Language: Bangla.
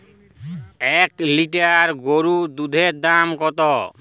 এক লিটার গোরুর দুধের দাম কত?